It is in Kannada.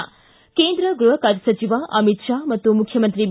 ಿ ಕೇಂದ್ರ ಗೃಹ ಖಾತೆ ಸಚಿವ ಅಮಿತ್ ಶಾ ಮತ್ನು ಮುಖ್ಯಮಂತ್ರಿ ಬಿ